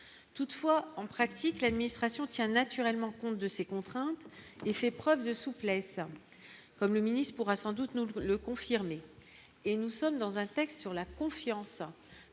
toutefois, en pratique, l'administration tient naturellement compte de ces contraintes et fait preuve de souplesse comme le ministre pourra sans doute nous le confirmer, et nous sommes dans un texte sur la confiance